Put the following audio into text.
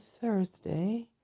thursday